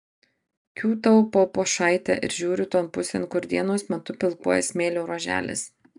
kiūtau po pušaite ir žiūriu ton pusėn kur dienos metu pilkuoja smėlio ruoželis